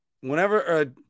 Whenever